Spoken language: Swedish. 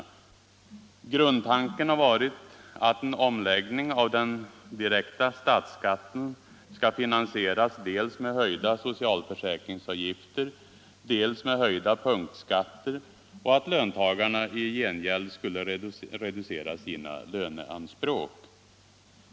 Grundtanken har varit att en omläggning av den direkta statsskatten skall finansieras dels med höjda socialförsäkringsavgifter, dels med höjda punktskatter och att löntagarna i gengäld skulle reducera sina löneanspråk.